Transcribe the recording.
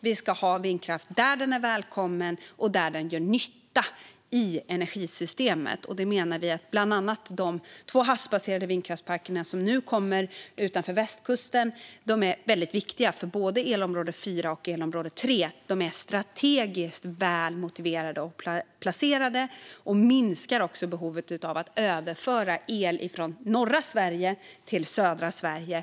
Vi ska ha vindkraft där den är välkommen och där den gör nytta i energisystemet. Vi menar att bland annat de två havsbaserade vindkraftsparker som nu kommer utanför västkusten är väldigt viktiga för både elområde 4 och elområde 3. De är strategiskt väl motiverade och placerade och minskar behovet av att överföra el från norra Sverige till södra Sverige.